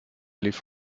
lief